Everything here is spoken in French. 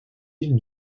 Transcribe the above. îles